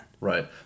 Right